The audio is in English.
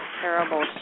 terrible